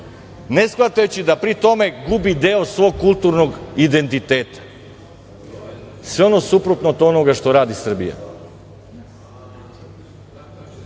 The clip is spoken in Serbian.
ne shvatajući da pri tome gubi deo svog kulturnog identiteta. Sve ono suprotno od onoga što radi Srbija